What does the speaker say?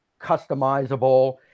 customizable